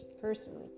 personally